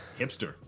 Hipster